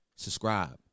Subscribe